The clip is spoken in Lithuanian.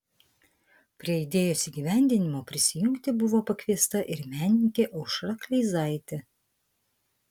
prie idėjos įgyvendinimo prisijungti buvo pakviesta ir menininkė aušra kleizaitė